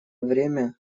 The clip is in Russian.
время